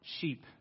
sheep